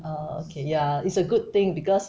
orh okay ya it's a good thing because